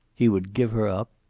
he would give her up.